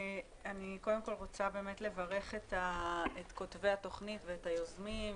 אני רוצה לברך את כותבי התוכנית ואת היוזמים,